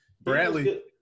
Bradley